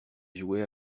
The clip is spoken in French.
jouait